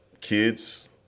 kids